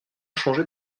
changer